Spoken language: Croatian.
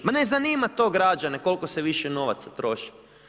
Ma ne zanima to građane, koliko se više novaca troši.